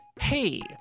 Hey